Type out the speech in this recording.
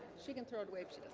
she can throw it